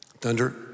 Thunder